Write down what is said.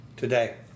Today